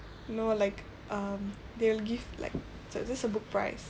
no like um they'll give like that that's a book price